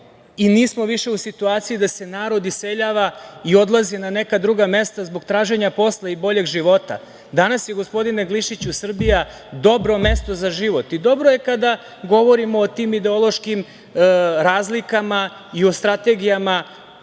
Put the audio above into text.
i nismo više u situaciji da se narod iseljava i odlazi na neka druga mesta zbog traženja posla i boljeg života. Danas je, gospodine Glišiću, Srbija dobro mesto za život i dobro je kada govorimo o tim ideološkim razlikama i o strategijama